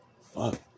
Fuck